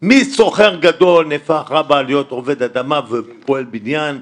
מסוחר גדול נהפך אבא להיות עובד אדמה ופועל בניין.